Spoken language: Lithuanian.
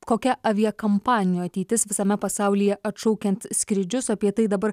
kokia aviakampanijų ateitis visame pasaulyje atšaukiant skrydžius apie tai dabar